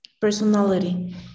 personality